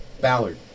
Ballard